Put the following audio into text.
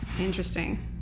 interesting